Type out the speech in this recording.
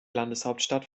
landeshauptstadt